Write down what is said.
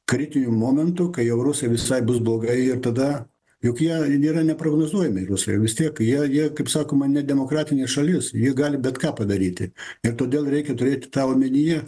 kritiniu momentu kai jau rusai visai bus blogai ir tada juk jie jie yra neprognozuojami rusai vis tiek jie jie kaip sakoma nedemokratinė šalis ji gali bet ką padaryti ir todėl reikia turėti tą omenyje